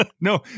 no